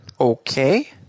Okay